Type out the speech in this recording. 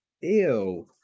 Ew